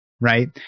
Right